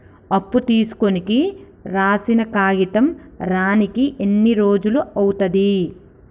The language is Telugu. అప్పు తీసుకోనికి రాసిన కాగితం రానీకి ఎన్ని రోజులు అవుతది?